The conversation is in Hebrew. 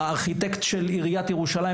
הארכיטקט לשעבר של עיריית ירושלים,